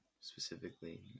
specifically